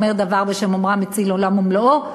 האומר דבר בשם אומרו מציל עולם ומלואו.